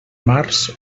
març